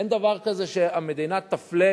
אין דבר כזה שהמדינה תפלה,